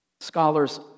Scholars